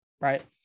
Right